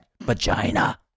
Vagina